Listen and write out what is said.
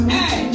Hey